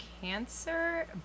cancer